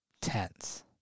tense